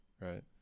Right